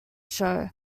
show